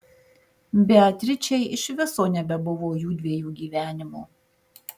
beatričei iš viso nebebuvo jųdviejų gyvenimo